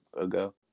ago